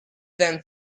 than